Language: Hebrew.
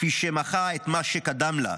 כפי שמחה את מה שקדם לה".